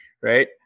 right